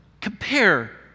Compare